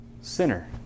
sinner